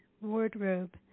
wardrobe